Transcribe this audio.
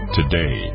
today